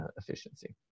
efficiency